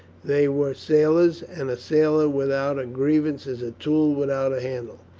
they were sailors, and a sailor without a grievance is a tool without a handle.